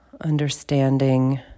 understanding